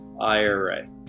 IRA